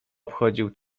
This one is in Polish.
obchodził